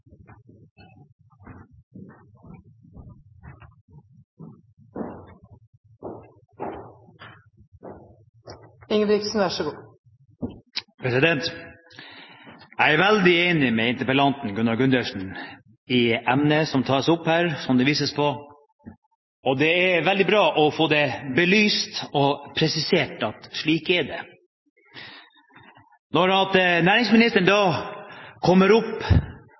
Jeg er veldig enig med interpellanten Gunnar Gundersen i emnet som tas opp her, og det det vises til. Og det er veldig bra å få belyst og presisert at slik er det. Når næringsministeren da kommer opp